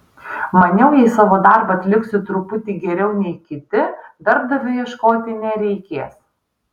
maniau jei savo darbą atliksiu truputį geriau nei kiti darbdavio ieškoti nereikės